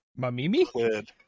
Mamimi